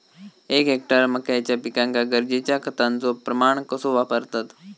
एक हेक्टर मक्याच्या पिकांका गरजेच्या खतांचो प्रमाण कसो वापरतत?